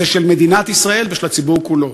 זה של מדינת ישראל ושל הציבור כולו.